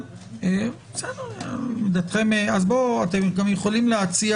אתם יכולים להציע